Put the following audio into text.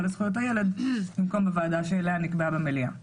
לזכויות הילד במקום לוועדה שאליה נקבעה במליאה.